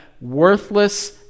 worthless